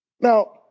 Now